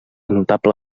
notable